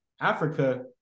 Africa